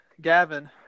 Gavin